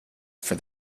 for